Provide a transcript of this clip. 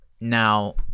Now